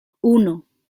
uno